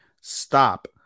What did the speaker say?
stop